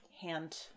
hand